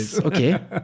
okay